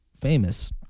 famous